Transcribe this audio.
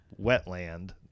wetland